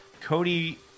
Cody